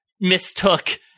mistook